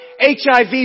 HIV